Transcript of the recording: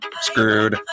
screwed